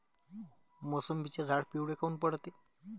मोसंबीचे झाडं पिवळे काऊन पडते?